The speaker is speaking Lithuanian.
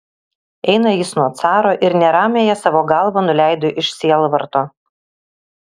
eina jis nuo caro ir neramiąją savo galvą nuleido iš sielvarto